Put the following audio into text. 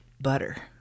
butter